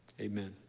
Amen